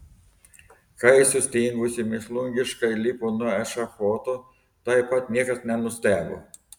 kai sustingusi mėšlungiškai lipo nuo ešafoto taip pat niekas nenustebo